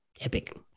epic